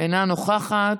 אינה נוכחת,